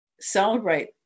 celebrate